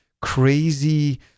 crazy